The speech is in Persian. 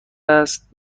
است